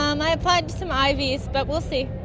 um i applied to some ivies but we'll see,